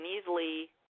easily